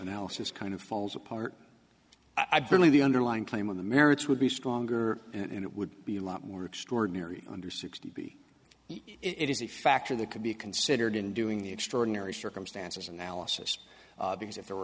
analysis kind of falls apart i believe the underlying claim of the merits would be stronger and it would be a lot more extraordinary under sixty it is a factor that could be considered in doing the extraordinary circumstances analysis because if there were